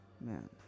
Man